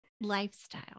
lifestyle